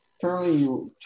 Currently